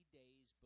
days